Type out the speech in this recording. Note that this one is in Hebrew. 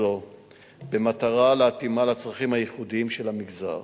זו במטרה להתאימה לצרכים הייחודיים של המגזר.